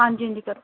हां जी हां जी करो